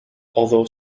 although